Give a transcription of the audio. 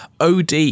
OD